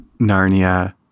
Narnia